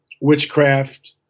witchcraft